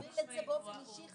אם תהיה המשך